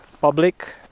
public